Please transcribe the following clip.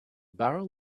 barrel